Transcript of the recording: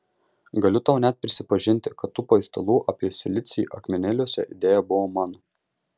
galiu tau net prisipažinti kad tų paistalų apie silicį akmenėliuose idėja buvo mano